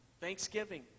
Thanksgiving